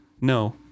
No